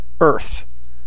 Earth